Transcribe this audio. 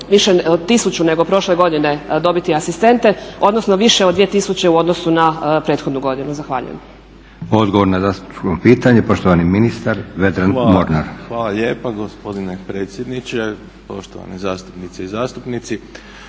više od 1000 nego prošle godine, dobiti asistente odnosno više od 2000 u odnosu na prethodnu godinu? Zahvaljujem. **Leko, Josip (SDP)** Odgovor na zastupničko pitanje poštovani ministar Vedran Mornar. **Mornar, Vedran** Hvala lijepa gospodine predsjedniče, poštovane zastupnice i zastupnici.